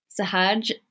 Sahaj